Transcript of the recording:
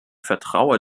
vertraue